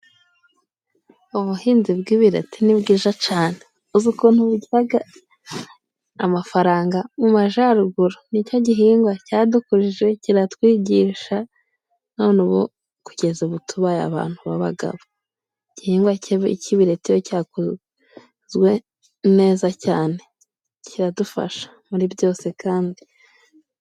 Ubuhinzi bw'ibireti ni bwiza cane. Uzi ukuntu bigiraga amafaranga? Mu majaruguru nicyo gihingwa cyadukujije，kiratwigisha， none ubu kugeza ubu tubaye abantu b'abagabo. igihingwa k'ibireti iyo cyakozwe neza cyane，kiradufasha muri byose kandi.